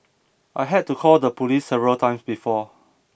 I had to call the police several times before